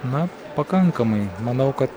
na pakankamai manau kad